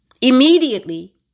immediately